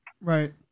Right